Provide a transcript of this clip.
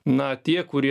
na tie kurie